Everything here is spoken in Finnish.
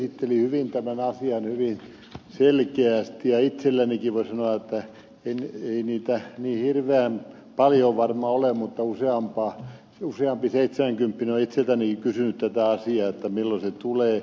rönni esitteli tämän asian hyvin selkeästi ja itseltänikin voi sanoa vaikka ei niitä niin hirveän paljon varmaan ole mutta useampi seitsemänkymppinen on kysynyt tätä asiaa milloin se tulee